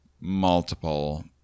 multiple